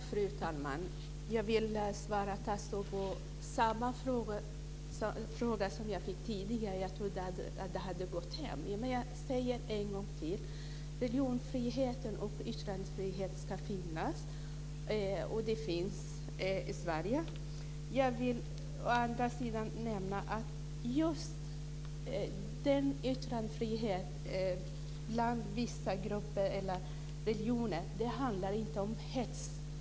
Fru talman! Jag vill svara Tasso på samma fråga som jag fick tidigare. Jag trodde att det hade gått hem, men jag säger det en gång till: Religionsfriheten och yttrandefriheten ska finnas, och de finns i Sverige. Jag vill å andra sidan nämna att yttrandefriheten bland vissa grupper eller religioner inte handlar om hets.